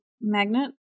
magnet